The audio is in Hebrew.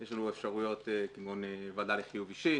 יש לנו אפשרויות כמו הוועדה לחיוב אישי,